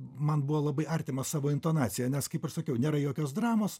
man buvo labai artimas savo intonacija nes kaip aš sakiau nėra jokios dramos